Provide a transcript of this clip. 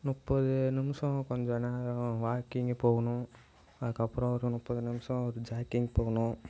முப்பது நிமிஷம் கொஞ்சம் நேரம் வாக்கிங்கு போகணும் அதற்கப்புறம் ஒரு முப்பது நிமிஷம் ஒரு ஜாக்கிங் போகணும்